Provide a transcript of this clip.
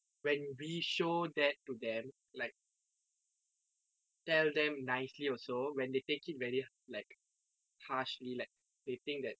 when we show that to them like tell them nicely also when they take it very like harshly like they think that